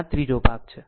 આ ત્રીજું ભાગ છે